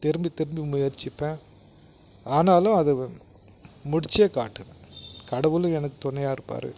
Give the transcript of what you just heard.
திரும்பி திரும்பி முயற்சிப்பேன் ஆனாலும் அது முடித்தே காட்டு கடவுளும் எனக்கு துணையாக இருப்பார்